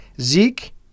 Zeke